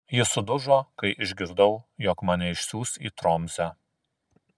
ji sudužo kai išgirdau jog mane išsiųs į tromsę